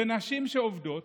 בנשים שעובדות,